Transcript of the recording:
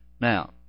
Now